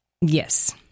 yes